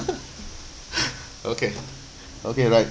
okay okay right